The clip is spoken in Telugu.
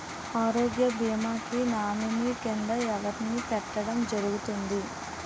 ఆరోగ్య భీమా కి నామినీ కిందా ఎవరిని పెట్టడం జరుగతుంది?